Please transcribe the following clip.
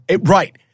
Right